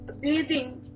bathing